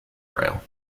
rail